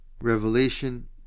Revelation